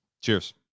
Cheers